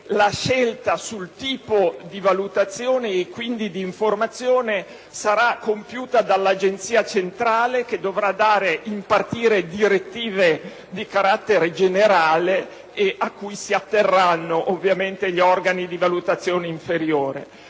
la scelta sul tipo di valutazione, e quindi di informazione, sarà compiuta dall'agenzia centrale, che dovrà impartire direttive di carattere generale, a cui si atterranno naturalmente gli organi di valutazione inferiore.